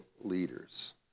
leaders